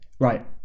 right